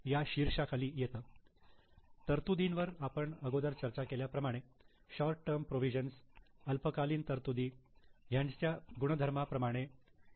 या शीर्षाखाली येतं तरतुदींवर आपण अगोदर चर्चा केल्याप्रमाणे शॉर्ट टर्म प्रोव्हिजन अल्पकालीन तरतुदी त्यांच्या गुणधर्माप्रमाणे सी